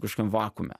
kašokiam vakuume